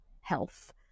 health